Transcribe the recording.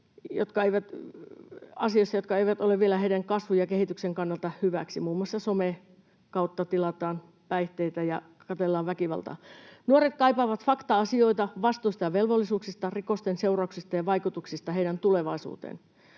jotka eivät ole vielä heidän kasvunsa ja kehityksensä kannalta hyväksi. Muun muassa somen kautta tilataan päihteitä ja katsellaan väkivaltaa. Nuoret kaipaavat fakta-asioita vastuista ja velvollisuuksista, rikosten seurauksista ja vaikutuksista heidän tulevaisuuteensa.